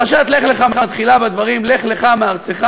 פרשת לך לך מתחילה בדברים: "לך לך מארצך